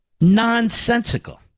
nonsensical